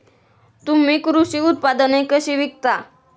तुम्ही कृषी उत्पादने कशी विकता?